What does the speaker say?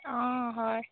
অঁ হয়